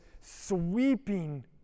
sweeping